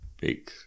big